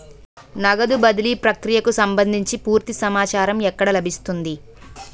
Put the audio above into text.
నగదు బదిలీ ప్రక్రియకు సంభందించి పూర్తి సమాచారం ఎక్కడ లభిస్తుంది?